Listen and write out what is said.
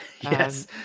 Yes